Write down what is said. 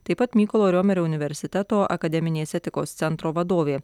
taip pat mykolo riomerio universiteto akademinės etikos centro vadovė